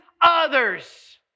others